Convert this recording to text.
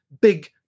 big